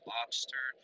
lobster